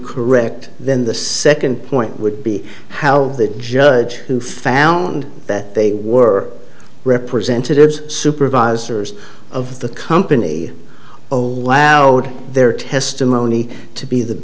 correct then the second point would be how the judge who found that they were representatives supervisors of the company their testimony to be the